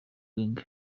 gang